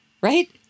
right